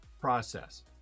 process